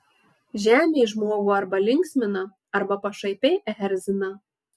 žemė žmogų arba linksmina arba pašaipiai erzina